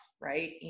right